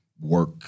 work